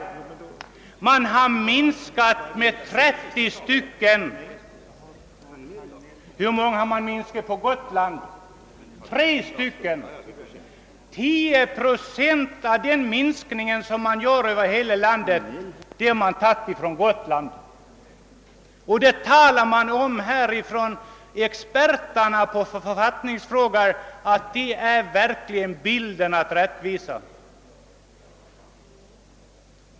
Detta innebär alltså en minskning med cirka 30 ledamöter. Minskningen av Gotlands representation, d. v. s. tre ledamöter, utgör alltså 10 procent av den totala minskningen för hela landet. På experterna i författningsfrågan verkar det som om detta skulle vara den högsta form av rättvisa.